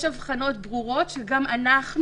ויש הבחנות ברורות שגם אנחנו,